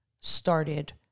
started